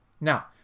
Now